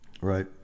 Right